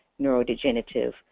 neurodegenerative